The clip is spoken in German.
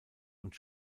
und